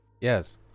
Yes